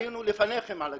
היינו לפניכם על הכביש,